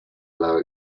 allow